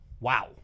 Wow